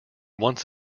once